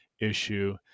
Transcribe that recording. issue